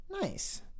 Nice